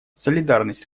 солидарность